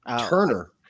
Turner